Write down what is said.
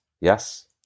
Yes